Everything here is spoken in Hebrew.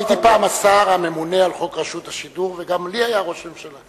הייתי פעם השר הממונה על רשות השידור וגם לי היה ראש ממשלה.